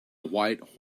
white